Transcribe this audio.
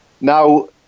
now